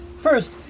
First